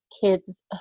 kids